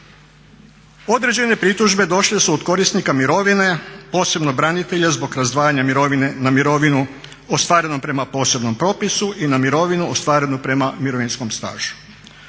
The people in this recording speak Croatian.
Određene pritužbe došle su od korisnika mirovine, posebno branitelja, zbog razdvajanja mirovine na mirovinu ostvarenu prema posebnom propisu i na mirovinu ostvarenu prema mirovinskom stažu.